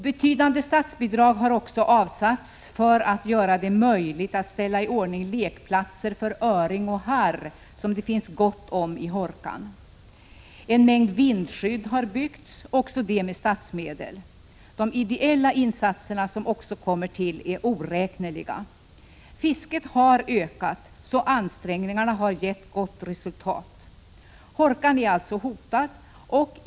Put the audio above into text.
Betydande statsbidrag har också avsatts för att göra det möjligt att ställa i ordning lekplatser för öring och harr som det finns gott om i Hårkan. En mängd vindskydd har byggts — även till det har statsmedel utgått. De ideella insatserna som också kommer till är oräkneliga. Fisket har ökat. Ansträngningarna har således gett gott resultat. Hårkan är som sagt hotad.